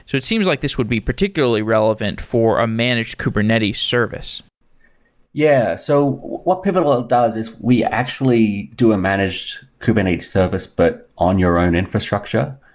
so it seems like this would be particularly relevant for a managed kubernetes service yeah. so what pivotal ah does is we actually do a managed kubernetes service, but on your own infrastructure.